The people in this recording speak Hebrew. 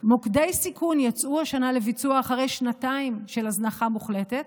מוקדי סיכון יצאו השנה לביצוע אחרי שנתיים של הזנחה מוחלטת,